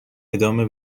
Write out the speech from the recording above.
ادامه